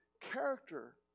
character